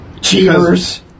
Cheers